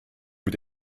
mit